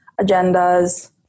agendas